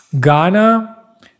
Ghana